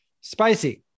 spicy